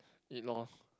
eat loh